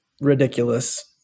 ridiculous